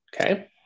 Okay